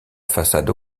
façade